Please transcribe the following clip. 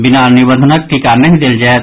बिना निबंधनक टीका नहि देल जायत